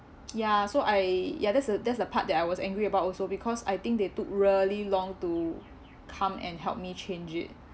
ya so I ya that's the that's the part that I was angry about also because I think they took really long to come and help me change it